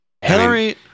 Hillary